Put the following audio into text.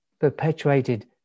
perpetuated